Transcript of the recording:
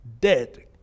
Dead